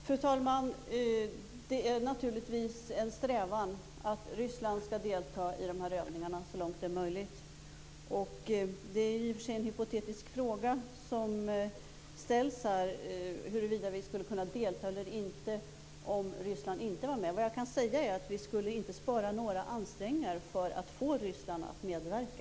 Fru talman! Det är naturligtvis en strävan att Ryssland skall delta i de här övningarna så långt det är möjligt. Det är i och för sig en hypotetisk fråga som ställs, huruvida vi skulle kunna delta eller inte om Ryssland inte var med. Vad jag kan säga är att vi inte skulle spara några ansträngningar för att få Ryssland att medverka.